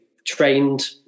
trained